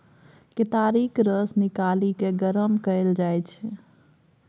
केतारीक रस निकालि केँ गरम कएल जाइ छै